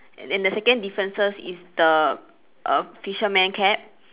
and the second differences is the err fisherman cap